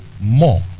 more